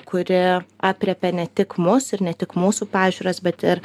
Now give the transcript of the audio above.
kuri aprėpia ne tik mus ir ne tik mūsų pažiūras bet ir